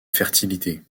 fertilité